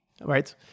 Right